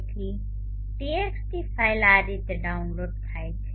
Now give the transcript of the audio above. તેથી txt file આ રીતે ડાઉનલોડ થાય છે